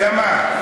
אלא מה?